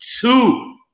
two